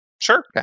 Sure